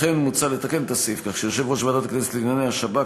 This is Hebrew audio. לכן מוצע לתקן את הסעיף כך שיושב-ראש ועדת הכנסת לענייני השב"כ,